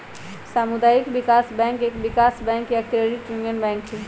सामुदायिक विकास बैंक एक विकास बैंक या क्रेडिट यूनियन हई